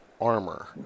armor